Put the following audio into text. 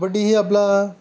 कबड्डीही आपला